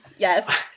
Yes